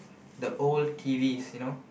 the old T_Vs you know